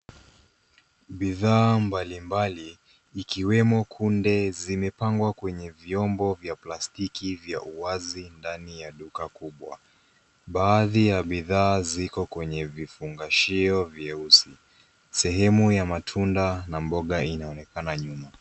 Bidhaa mbalimbali ikiwemo kunde zimepangwa kwenye vyombo vya plastiki vya uwazi ndani ya duka kubwa. Baadhi ya bidhaa ziko kwenye vifungashio vyeusi. Sehemu ya matunda na mboga inaonekana nyuma.